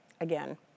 again